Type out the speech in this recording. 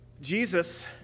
Jesus